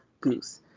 goose